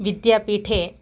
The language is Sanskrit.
विद्यापीठे